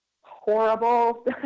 horrible